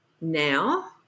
now